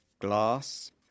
Glass